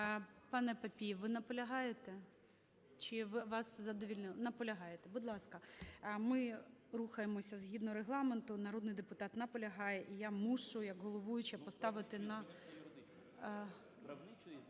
ПанеПапієв, ви наполягаєте чи вас задовольнило?.. Наполягаєте. Будь ласка. Ми рухаємося згідно Регламенту. Народний депутат наполягає, і я мушу як головуюча поставити на…